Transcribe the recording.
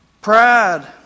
Pride